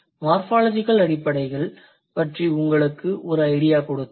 morphological அடிப்படைகள் பற்றி உங்களுக்கு ஒரு ஐடியா கொடுத்தேன்